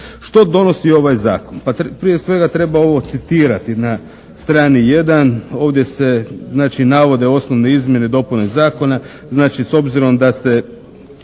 Što donosi ovaj Zakon? Pa prije svega, treba ovo citirati na strani 1. Ovdje se znači navode osnovne izmjene i dopune Zakona.